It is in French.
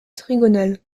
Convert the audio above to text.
trigonale